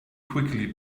quickly